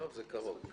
טוב, זה קרוב.